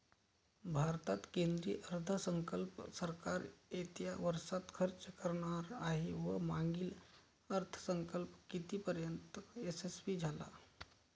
भारतात केंद्रीय अर्थसंकल्प सरकार येत्या वर्षात खर्च करणार आहे व मागील अर्थसंकल्प कितीपर्तयंत यशस्वी झाला